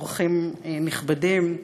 אורחים נכבדים,